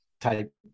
type